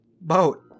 boat